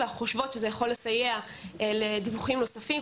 ואנחנו חושבות שזה יכול לסייע לדיווחים נוספים,